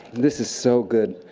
this is so good.